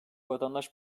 vatandaş